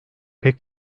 pek